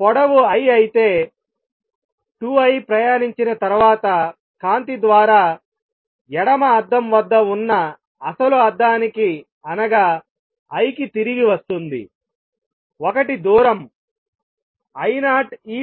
పొడవు l అయితే 2l ప్రయాణించిన తర్వాత కాంతి ద్వారా ఎడమ అద్దం వద్ద ఉన్న అసలు అద్దానికి అనగా I కి తిరిగి వస్తుంది1 దూరం I0en2